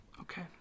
Okay